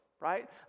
right